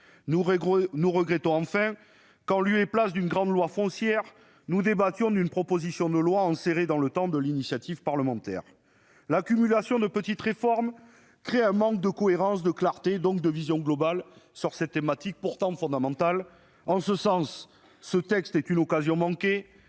Nous regrettons enfin qu'en lieu et place d'une grande loi foncière nous débattions d'une proposition de loi enserrée dans le temps de l'initiative parlementaire. L'accumulation de petites réformes nuit à la cohérence et à la clarté et témoigne d'un manque de vision globale concernant une thématique pourtant fondamentale. En ce sens, ce texte est une occasion manquée.